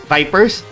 Vipers